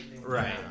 right